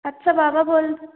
আচ্ছা বাবা বল